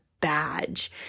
badge